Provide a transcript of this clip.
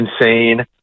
insane